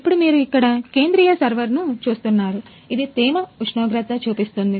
ఇప్పుడు మీరు ఇక్కడ కేంద్రీయ సర్వర్ను చూస్తున్నారు ఇది తేమ ఉష్ణోగ్రత చూపిస్తుంది